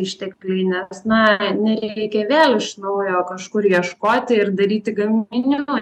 ištekliai nes na nereikia vėl iš naujo kažkur ieškoti ir daryti gaminimo